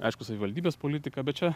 aišku savivaldybės politika bet čia